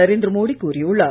நரேந்திர மோடி கூறியுள்ளார்